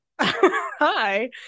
hi